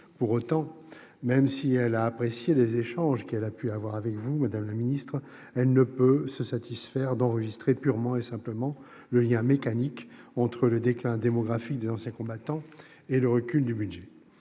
Pour autant, même si elle a apprécié les échanges qu'elle a pu avoir avec vous, madame la secrétaire d'État, elle ne peut se satisfaire d'enregistrer purement et simplement le lien mécanique entre le déclin démographique des anciens combattants et le recul du budget.